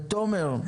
תומר,